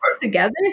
together